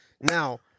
Now